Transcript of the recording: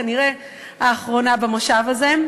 כנראה האחרונה במושב הזה.